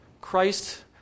Christ